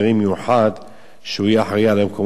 שהוא יהיה אחראי על המקומות הקדושים לנצרות בארץ.